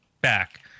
back